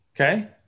okay